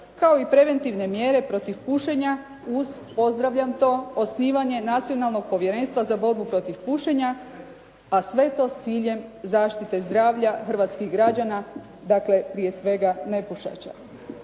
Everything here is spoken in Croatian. kao i preventivne mjere protiv pušenja uz pozdravljam to osnivanje Nacionalnog povjerenstva za borbu protiv pušenja, a sve to s ciljem zaštite zdravlja hrvatskih građana, dakle prije svega nepušača.